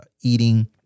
eating